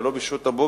ולא בשעות הבוקר.